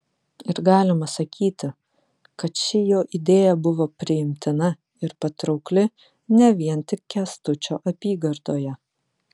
ir galima sakyti kad ši jo idėja buvo priimtina ir patraukli ne vien tik kęstučio apygardoje